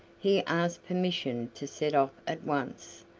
he asked permission to set off at once.